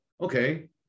Okay